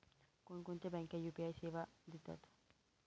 कोणकोणत्या बँका यू.पी.आय सेवा देतात?